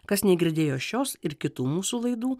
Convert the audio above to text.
kas negirdėjo šios ir kitų mūsų laidų